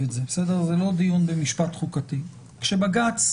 את זה זה לא דיון במשפט חוקתי כשבג"ץ